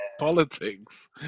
Politics